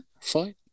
fine